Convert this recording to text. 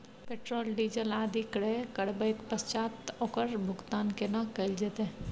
Petrol, diesel आदि क्रय करबैक पश्चात ओकर भुगतान केना कैल जेतै?